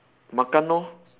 makan lor